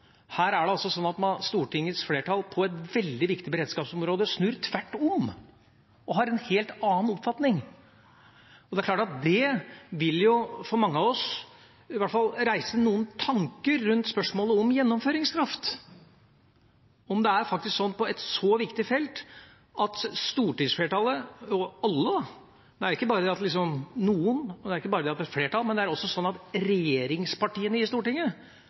Her er det altså sånn at Stortingets flertall på et veldig viktig beredskapsområde snur tvert om og har en helt annen oppfatning. Det er klart at det for mange av oss vil reise noen tanker rundt spørsmålet om gjennomføringskraft om det er sånn på et så viktig felt at stortingsflertallet – alle, ikke bare noen, ikke bare et flertall, men også regjeringspartiene i Stortinget – velger å desavuere statsråden. Det er klart at man må ha lov til å sette spørsmålstegn ved om det er slik at